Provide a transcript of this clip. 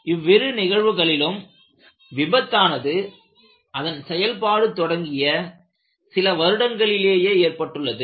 இவ்விரு நிகழ்வுகளிலும் விபத்து ஆனது அதன் செயல்பாடு தொடங்கிய சில வருடங்களிலேயே ஏற்பட்டுள்ளது